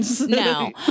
no